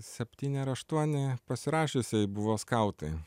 septyni ar aštuoni pasirašiusiųjų buvo skautai